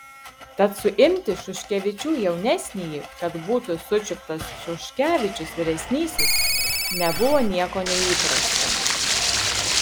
tad suimti šuškevičių jaunesnįjį kad būtų sučiuptas šuškevičius vyresnysis nebuvo nieko neįprasta